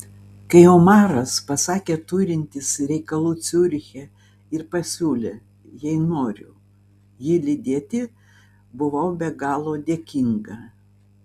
kai omaras pasakė turintis reikalų ciuriche ir pasiūlė jei noriu jį lydėti buvau be galo dėkinga